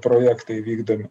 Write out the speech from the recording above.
projektai vykdomi